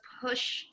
push